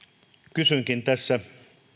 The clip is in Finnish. kysynkin tässä